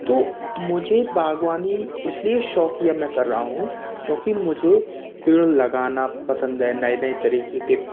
तो मुझे बागवानी इसलिए शौकिया मैं कर रहा हूँ क्योंकि मुझे पेड़ लगाना पसंद है नए नए तरीके के